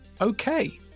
Okay